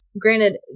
Granted